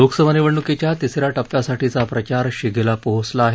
लोकसभा निवडणुकीच्या तिसऱ्या टप्प्यासाठीचा प्रचार शिगेला पोहोचला आहे